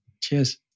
Cheers